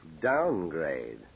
Downgrade